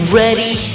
ready